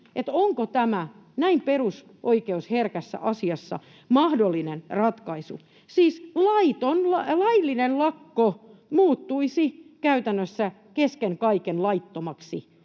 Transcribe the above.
onko tämä näin perusoikeusherkässä asiassa mahdollinen ratkaisu — siis laillinen lakko muuttuisi käytännössä kesken kaiken laittomaksi.